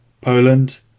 Poland